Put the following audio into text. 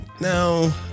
Now